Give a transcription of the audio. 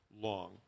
long